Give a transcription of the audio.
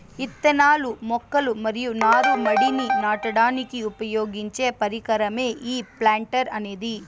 ఇత్తనాలు, మొక్కలు మరియు నారు మడిని నాటడానికి ఉపయోగించే పరికరమే ఈ ప్లాంటర్ అనేది